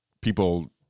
People